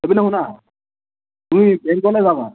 এইপিনে শুনা তুমি বেংকলৈ যাবা